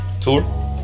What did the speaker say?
tour